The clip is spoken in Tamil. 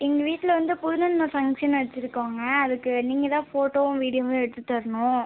எங்கள் வீட்டில் வந்து புதுநன்மை ஃபங்க்ஷன் வச்சுருக்கோங்க அதுக்கு நீங்கள் தான் ஃபோட்டோவும் வீடியோவும் எடுத்துத்தரணும்